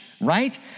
right